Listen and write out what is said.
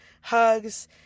hugs